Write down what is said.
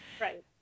Right